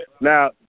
Now